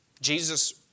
Jesus